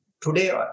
today